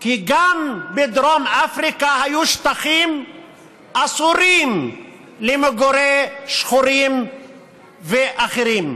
כי גם בדרום אפריקה היו שטחים אסורים למגורי שחורים ואחרים,